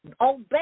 Obey